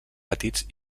petits